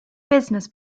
business